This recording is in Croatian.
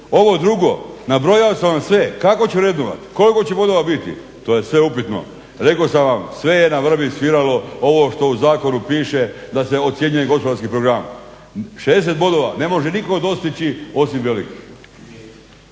Ovo drugo, nabrojao sam vam sve, kako će vrednovat, koliko će bodova biti to je sve upitno. Rekao sam vam sve je na vrbi, sviralo ovo što u zakonu piše da se ocjenjuje gospodarski program. 60 bodova ne može nitko dostići osim velikih.